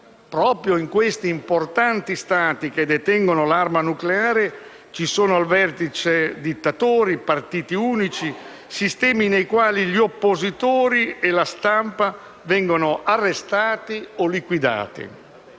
proprio negli importanti Stati che detengono l'arma nucleare, ci sono al vertice dittatori, partiti unici e sistemi nei quali gli oppositori e i rappresentanti della stampa vengono arrestati o liquidati.